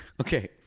okay